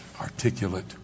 articulate